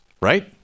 right